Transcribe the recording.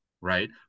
right